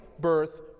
birth